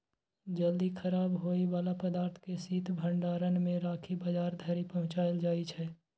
जल्दी खराब होइ बला पदार्थ केँ शीत भंडारण मे राखि बजार धरि पहुँचाएल जाइ छै